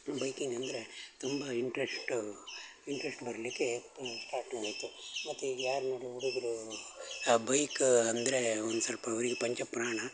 biking ಅಂದರೆ ತುಂಬ interest interest ಬರಲಿಕ್ಕೆ ಸ್ಟಾರ್ಟ್ ಆಯಿತು ಮತ್ತು ಈಗ ಯಾರು ಈ ಹುಡುಗರು ಬೈಕ ಅಂದರೆ ಒಂದು ಸ್ವಲ್ಪ ಅವರಿಗೆ ಪಂಚಪ್ರಾಣ